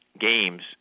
Games